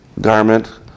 garment